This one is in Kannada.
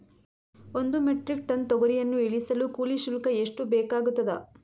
ಒಂದು ಮೆಟ್ರಿಕ್ ಟನ್ ತೊಗರಿಯನ್ನು ಇಳಿಸಲು ಕೂಲಿ ಶುಲ್ಕ ಎಷ್ಟು ಬೇಕಾಗತದಾ?